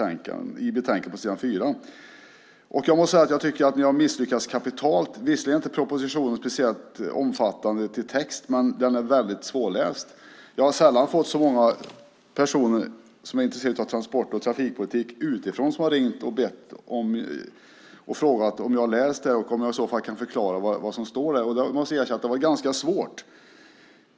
Jag kan säga att jag tycker att ni har misslyckats kapitalt. Visserligen är inte propositionen speciellt omfattande i textmängd, men den är väldigt svårläst. Sällan har så många personer utifrån som är intresserade av transport och trafikpolitik ringt och frågat om jag har läst den och om jag i så fall kunde förklara vad som står där. Jag måste erkänna att det var ganska svårt.